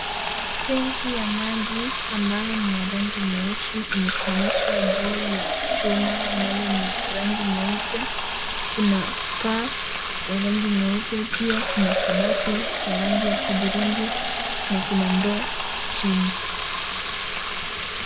Tenki ya maji ambayo ni ya rangi nyeusi imesimamishwa juu ya chuma ambazo ni za rangi nyeupe, kuna paa ya rangi nyeupe pia kuna kabati ya rangi ya hudhurungi na kuna ndoo chini.